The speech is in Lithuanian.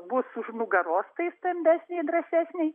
bus už nugaros tai stambesnei drąsesnei